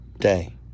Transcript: day